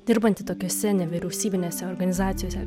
dirbanti tokiose nevyriausybinėse organizacijose